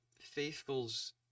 faithfuls